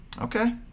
Okay